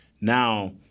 now –